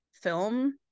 film